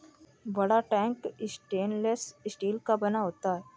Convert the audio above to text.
बड़ा tank stainless steel का बना होता है